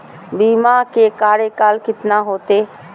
बीमा के कार्यकाल कितना होते?